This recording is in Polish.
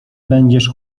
będziesz